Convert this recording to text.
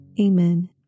Amen